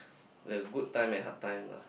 the good time and hard time lah